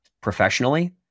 professionally